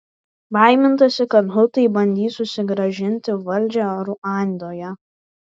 baimintasi kad hutai bandys susigrąžinti valdžią ruandoje